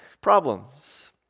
problems